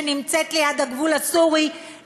שנמצאת ליד הגבול הסורי,